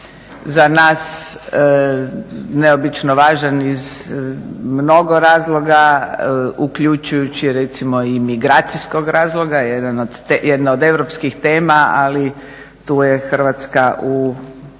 za nas neobično važan iz mnogo razloga, uključujući recimo i migracijskog razloga, jedna od europskih tema, ali tu je Hrvatska u